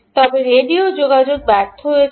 তবে রেডিও যোগাযোগ ব্যর্থ হয়েছিল